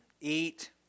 eat